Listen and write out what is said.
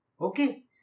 Okay